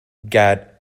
gad